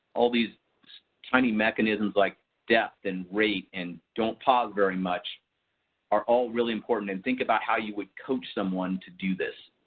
all of these tiny mechanisms like death and rate and don't pause very much are all really important and think about how you will coach someone to do this.